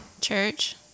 Church